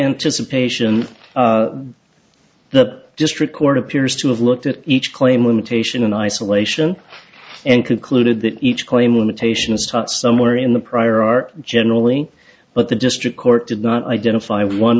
anticipation the district court appears to have looked at each claim limitation in isolation and concluded that each claim limitation is taught somewhere in the prior art generally but the district court did not identify one